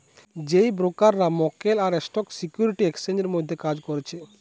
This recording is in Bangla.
যেই ব্রোকাররা মক্কেল আর স্টক সিকিউরিটি এক্সচেঞ্জের মধ্যে কাজ করছে